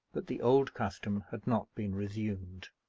but the old custom had not been resumed.